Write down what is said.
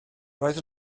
roedd